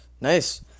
nice